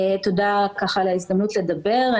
תודה על ההזדמנות לדבר.